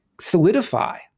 solidify